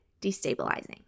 destabilizing